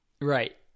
Right